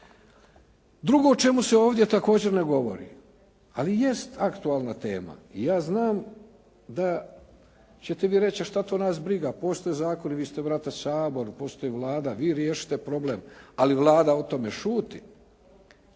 Drugo o čemu se ovdje također ne govori. Ali jeste aktualna tema i ja znam da ćete vi reći što to nas briga. Postoje zakoni. Vi ste brate Sabor. Postoji Vlada, vi riješite problem, ali Vlada o tome šuti.